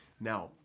now